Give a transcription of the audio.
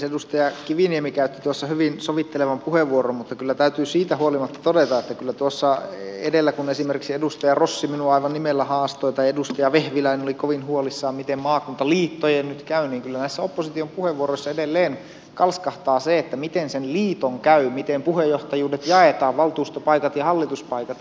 edustaja kiviniemi käytti tuossa hyvin sovittelevan puheenvuoron mutta kyllä täytyy siitä huolimatta todeta että kyllä tuossa edellä kun esimerkiksi edustaja rossi minua aivan nimellä haastoi tai kun edustaja vehviläinen oli kovin huolissaan miten maakuntaliittojen nyt käy niin kyllä näissä opposition puheenvuoroissa edelleen kalskahtaa se että miten sen liiton käy miten puheenjohtajuudet jaetaan valtuustopaikat ja hallituspaikat siellä